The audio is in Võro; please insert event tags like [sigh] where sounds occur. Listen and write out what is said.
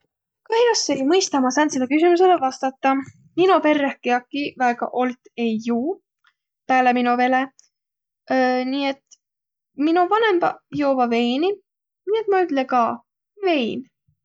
Kah'os ei mõistaq ma sääntsele küsümüsele vastataq. Mino perreh kiäki väega olt ei juuq pääle mino vele, [hesitation] nii et, mino vanõmbaq joovaq veini, nii et ma ütle ka – vein.